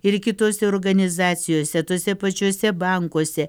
ir kitose organizacijose tuose pačiuose bankuose